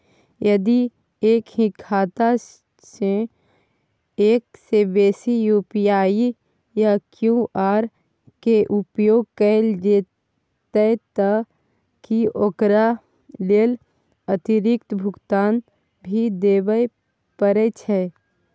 यदि एक ही खाता सं एक से बेसी यु.पी.आई या क्यू.आर के उपयोग कैल जेतै त की ओकर लेल अतिरिक्त भुगतान भी देबै परै छै?